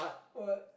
what